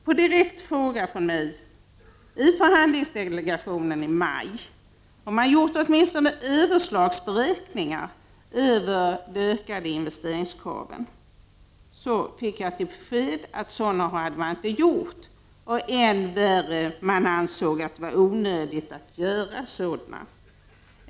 På en direkt fråga från mig till förhandlingsdelegationen i maj, om den gjort åtminstone överslagsberäkningar när det gäller de ökade investeringskraven, fick jag beskedet att sådana inte hade gjorts. Än värre var att förhandlingsdelegationen ansåg att det var onödigt att göra sådana.